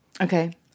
Okay